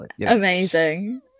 Amazing